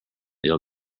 ill